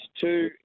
two